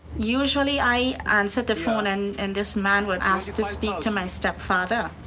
usually i answered the phone and and this man would ask to speak to my stepfather.